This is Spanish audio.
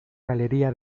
galería